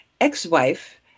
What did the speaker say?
ex-wife